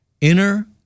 Inner